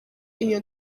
iyo